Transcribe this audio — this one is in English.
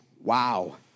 Wow